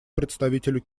представителю